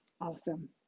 Awesome